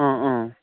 ꯑꯥ ꯑꯥ